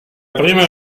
prima